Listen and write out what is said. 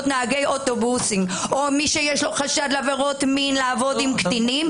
נהגי אוטובוס או מי שיש לו חשד לעבירות מין לעבוד עם קטינים,